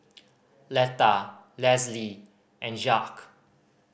Letta Lesli and Jacque